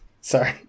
Sorry